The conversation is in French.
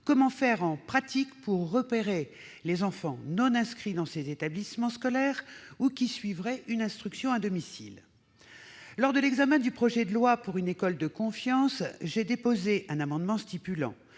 Comment faire, en pratique, pour repérer les enfants qui ne sont inscrits dans aucun établissement scolaire ou suivraient une instruction à domicile ? Lors de l'examen du projet de loi pour une école de la confiance, j'ai déposé un amendement tendant